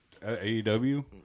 AEW